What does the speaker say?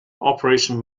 operation